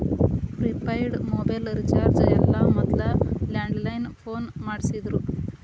prepaid mobile recharge ಎಲ್ಲ ಮೊದ್ಲ landline phone ಮಾಡಸ್ತಿದ್ರು